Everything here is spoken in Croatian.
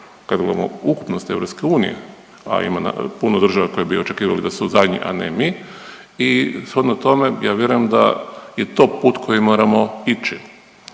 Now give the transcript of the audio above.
kad gledamo ukupnost EU, a ima puno države koje bi očekivali da su zadnji, a ne mi i shodno tome ja vjerujem da je to put kojim moramo ići.